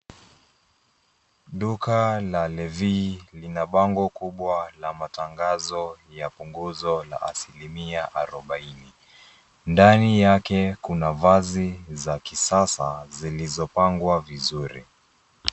Duka la Levis, lina bango kubwa la matangazo ya punguzo la asilimia arubaini. Ndani yake kuna vazi za kisasa, zilizopangwa, vizuri.